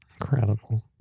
Incredible